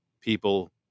people